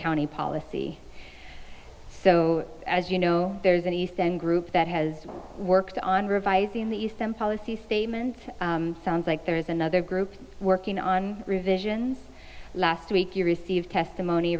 county policy so as you know there's anything group that has worked on revising the eastham policy statement sounds like there's another group working on revisions last week you received testimony